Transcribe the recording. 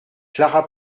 clara